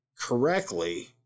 correctly